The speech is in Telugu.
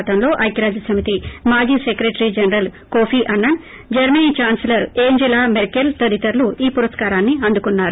గతంలో ఐక్బరాజ్యసమితి మాజీ secretary general Kofi Annan Germany chancellor Angela Merkel తదితరులు ఈ పురస్కారాన్ని అందుకున్నారు